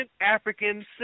African